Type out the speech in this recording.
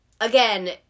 again